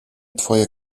twoje